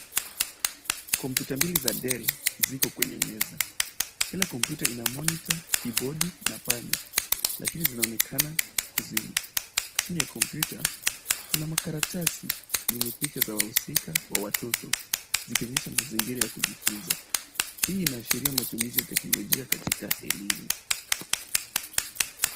Kompyuta mbili za Dell ziko kwenye meza. Kila kompyuta ina monita , kibodi na panya, lakini zinaonekana kuzima. Chini ya kompyuta kuna makaratasi yenye picha za wahusika wa watoto, zikionyesha mazingira ya kujifunza. Hii inaashiria matumizi ya teknolojia katika elimu.